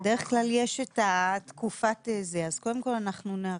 בדרך כלל יש את התקופה אז קודם כל אנחנו נאריך.